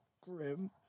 grim